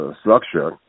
structure